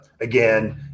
again